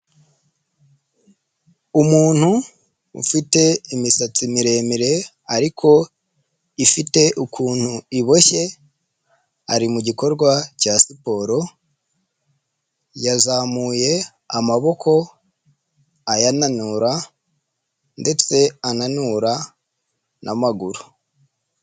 Umuntu ufite imisatsi miremire ariko ifite ukuntu iboshye ari mu gikorwa cya siporo yazamuye amaboko ayananura ndetse ananura n'amaguru.